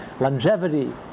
longevity